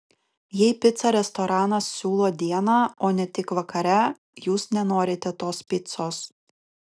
jei picą restoranas siūlo dieną o ne tik vakare jūs nenorite tos picos